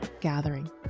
gathering